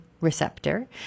receptor